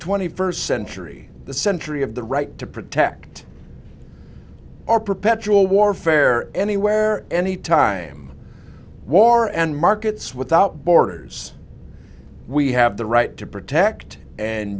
twenty first century the century of the right to protect our perpetual warfare anywhere any time war and markets without borders we have the right to protect and